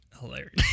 hilarious